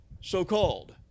so-called